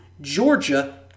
Georgia